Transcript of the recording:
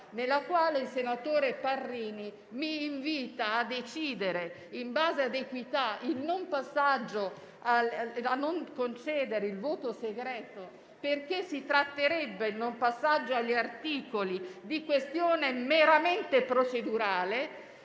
nella quale il senatore Parrini mi invita a decidere, in base ad equità, di non concedere il voto segreto perché la richiesta di non passaggio agli articoli sarebbe questione meramente procedurale,